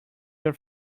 your